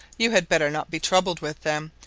you had better not be troubled with them,